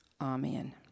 Amen